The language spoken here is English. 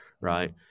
right